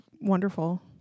wonderful